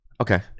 Okay